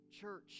church